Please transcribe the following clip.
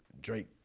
Drake